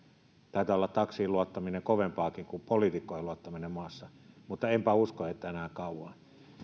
taitaa olla taksiin luottaminen kovempaakin kuin poliitikkoihin luottaminen maassa mutta enpä usko että enää kauaa